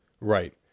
right